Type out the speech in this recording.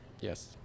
yes